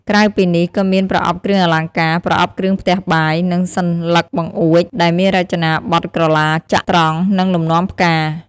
ក្រៅពីនេះ ក៏មានប្រអប់គ្រឿងអលង្ការ, ប្រអប់គ្រឿងផ្ទះបាយ, និងសន្លឹកបង្អួច ដែលមានរចនាបថក្រឡាចត្រង្គ និងលំនាំផ្កា។